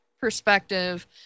perspective